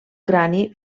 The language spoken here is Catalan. crani